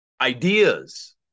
ideas